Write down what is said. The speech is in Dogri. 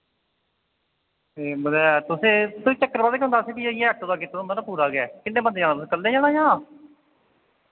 ए मतलब ऐ तुसें फ्ही चक्कर पता केह् होंदा असें वि इय्यै आटो दा कीत्ते दा होंदा ना पूरा गै किन्ने बंदे जाना तुसैं कल्ले जाना जां